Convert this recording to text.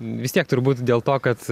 vis tiek turbūt dėl to kad